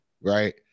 right